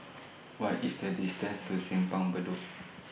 What IS The distance to Simpang Bedok